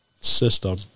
system